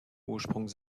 ursprung